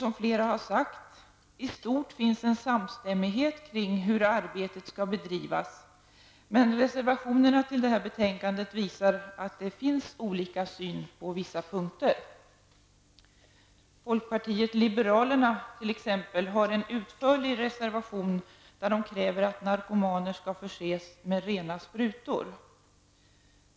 Som flera talare sagt finns det i stort en samstämmighet kring hur arbetet skall bedrivas, men reservationerna till detta betänkande visar att det finns olika syn på vissa punkter. Folkpartiet liberalerna har t.ex. en utförlig reservation, där de kräver att narkomaner skall förses med rena sprutor.